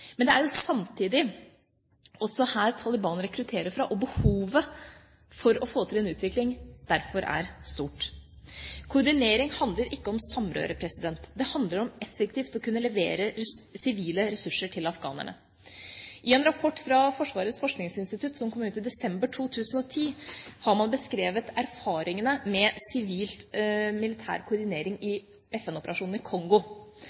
Men det er samtidig også her Taliban rekrutterer fra, og behovet for å få til en utvikling er derfor stort. Koordinering handler ikke om samrøre. Det handler om effektivt å kunne levere sivile ressurser til afghanerne. I en rapport fra Forsvarets forskningsinstitutt, som kom ut i desember 2010, har man beskrevet erfaringene med sivil-militær koordinering i FN-operasjonen i Kongo.